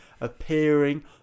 appearing